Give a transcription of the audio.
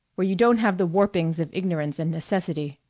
where you don't have the warpings of ignorance and necessity.